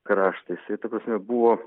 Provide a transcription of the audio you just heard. kraštą jisai ta prasme buvo